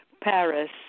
Paris